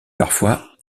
parfois